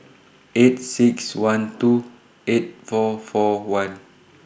eight six one two eight four four one